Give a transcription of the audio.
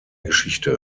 geschichte